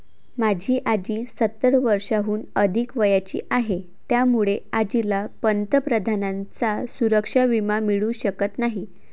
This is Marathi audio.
माझी आजी सत्तर वर्षांहून अधिक वयाची आहे, त्यामुळे आजीला पंतप्रधानांचा सुरक्षा विमा मिळू शकत नाही